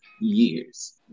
Years